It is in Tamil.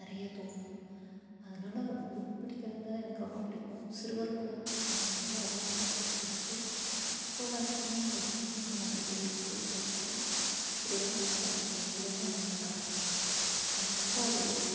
நிறைய தோணும் அதனால் புக் படிக்கிறதுங்கிறது எனக்கு ரொம்ப பிடிக்கும் சிறுவர்மலர் எனக்கு வந்து ரொம்ப ரொம்ப பிடிச்ச புக்கு இப்போ வரைக்குமே அந்த புக்கு வந்து வந்துகிட்டே இருக்குது பேப்பரில் சிறுவர் மலராக இருக்கட்டும் இளைஞர் மலராக இருக்கட்டும் எனக்கு ரொம்ப அது